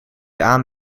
aan